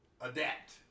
adapt